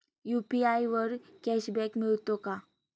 UPI वर cashback मिळतो का?